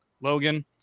Logan